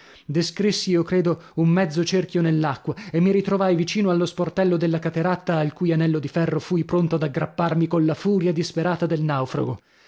descrissi io credo un mezzo cerchio nell'acqua e mi ritrovai vicino allo sportello della cateratta al cui anello di ferro fui pronto ad aggrapparmi colla furia disperata del naufrago